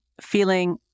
feeling